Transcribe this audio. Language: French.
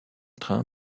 train